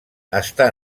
està